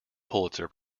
pulitzer